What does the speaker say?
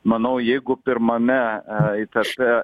manau jeigu pirmame e eitape